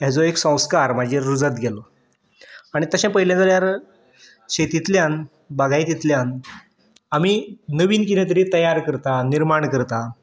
हेजो एक संस्कार म्हाजेर रुजत गेलो आनी तशें पयलें जाल्यार शेतींतल्यान बागायतींतल्यान आमी नवीन किदें तरी तयार करता निर्माण करता